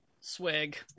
Swig